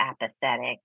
apathetic